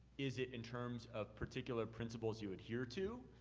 is it in terms of particular principles you adhere to?